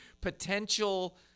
potential